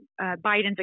Biden's